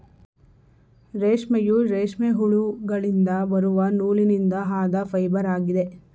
ರೇಷ್ಮೆಯು, ರೇಷ್ಮೆ ಹುಳುಗಳಿಂದ ಬರುವ ನೂಲಿನಿಂದ ಆದ ಫೈಬರ್ ಆಗಿದೆ